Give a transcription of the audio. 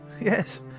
yes